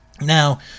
now